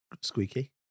squeaky